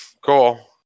cool